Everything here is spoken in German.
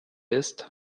ist